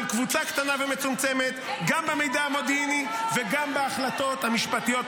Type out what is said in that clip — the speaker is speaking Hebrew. קבוצה קטנה ומצומצמת גם במידע המודיעיני וגם בהחלטות המשפטיות.